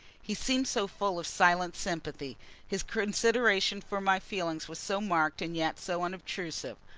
he seemed so full of silent sympathy his consideration for my feelings was so marked and yet so unobtrusive.